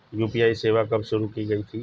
UPI सेवा कब शुरू की गई थी?